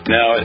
Now